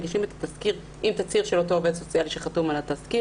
מגישים את התסקיר עם תצהיר של אותו עובד סוציאלי שחתום על התסקיר.